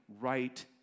right